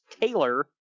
Taylor